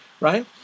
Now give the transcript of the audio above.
right